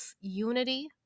unity